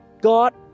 God